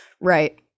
right